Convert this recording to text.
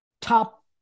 top